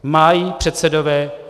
Mají předsedové